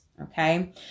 okay